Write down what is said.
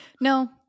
No